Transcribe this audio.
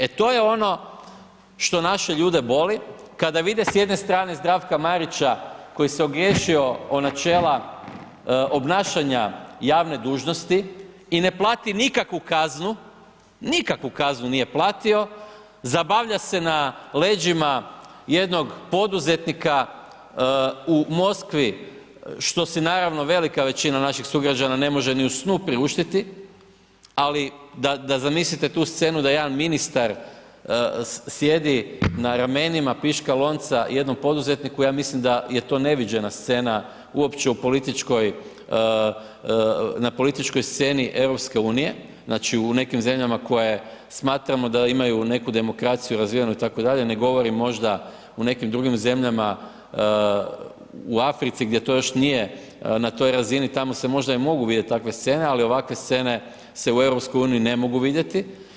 E to je ono što naše ljude boli kada vide s jedne strane Zdravka Marića koji se ogriješio o načela obnašanja javne dužnosti i ne plati nikakvu kaznu, nikakvu kaznu nije platio, zabavlja se na leđima jednog poduzetnika u Moskvi što si naravno velika većina naših sugrađana ne može ni u snu priuštiti ali da zamislite tu scenu da jedan ministar sjedi na ramenima piška lonca jednom poduzetniku, ja mislim da je to neviđena scena uopće na političkoj sceni EU, znači u nekim zemljama koje smatramo da imaju neku demokraciju razviju itd., ne govorim možda u nekim drugim zemljama u Africi gdje to još nije na toj razini, tamo se možda i mogu vidjeti takve scene, ali ovakve scene se u EU ne mogu vidjeti.